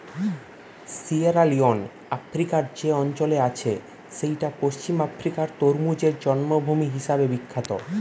Sierra Leone আফ্রিকার যে অঞ্চলে আছে সেইটা পশ্চিম আফ্রিকার তরমুজের জন্মভূমি হিসাবে বিখ্যাত